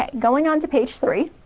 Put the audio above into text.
like going on to page three.